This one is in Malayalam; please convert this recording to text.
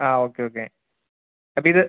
ആ ഓക്കെ ഓക്കെ അപ്പം ഇത്